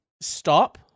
Stop